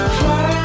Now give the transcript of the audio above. fly